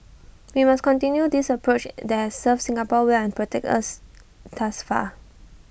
we must continue this approach that served Singapore well and protected us thus far